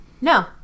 No